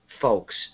folks